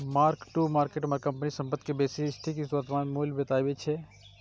mark to market company के संपत्ति के बेसी सटीक वर्तमान मूल्य बतबै छै